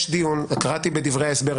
קראתי בדברי ההסבר.